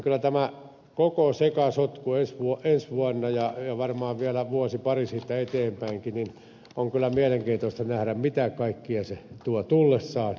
kyllä ensi vuonna ja varmaan vielä vuosi pari siitä eteenpäinkin on mielenkiintoista nähdä mitä kaikkea tämä koko sekasotku tuo tullessaan